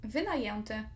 Wynajęty